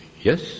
yes